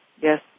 Yes